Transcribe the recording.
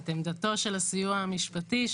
את עמדתו של הסיוע המשפטי,